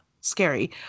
scary